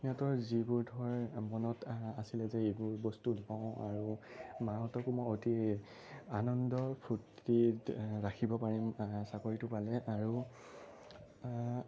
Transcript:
সিহঁতৰ যিবোৰ ধৰ মনত আছিলে যে এইবোৰ বস্তু লওঁ আৰু মাহঁতকো মই অতি আনন্দ ফূৰ্তিত ৰাখিব পাৰিম চাকৰিটো পালে আৰু